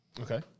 Okay